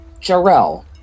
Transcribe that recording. Jarrell